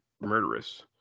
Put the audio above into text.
murderous